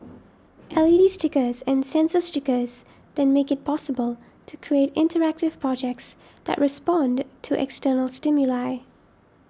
l E D stickers and sensor stickers then make it possible to create interactive projects that respond to external stimuli